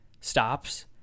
stops